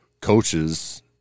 coaches